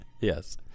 Yes